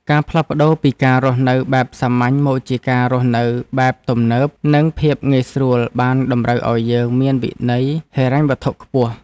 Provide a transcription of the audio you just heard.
ការផ្លាស់ប្តូរពីការរស់នៅបែបសាមញ្ញមកជាការរស់នៅបែបទំនើប និងភាពងាយស្រួលបានតម្រូវឱ្យយើងមានវិន័យហិរញ្ញវត្ថុខ្ពស់។